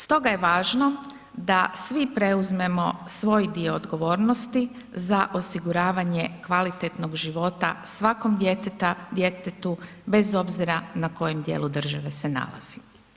Stoga je važno da svi preuzmemo svoj dio odgovornosti za osiguravanje kvalitetnog života svakom djetetu bez obzira na kojem dijelu države se nalazi.